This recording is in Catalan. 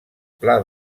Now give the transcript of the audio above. pla